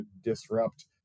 disrupt